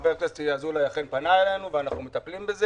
חבר הכנסת אזולאי אכן פנה אלינו ואנחנו מטפלים בזה.